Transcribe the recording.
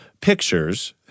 pictures